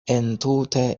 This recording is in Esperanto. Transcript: entute